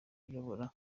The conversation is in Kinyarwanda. uyobora